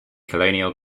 colonial